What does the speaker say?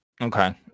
Okay